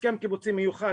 הסכם קיבוצי מיוחד,